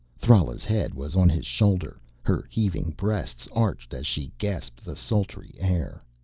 thrala's head was on his shoulder, her heaving breasts arched as she gasped the sultry air.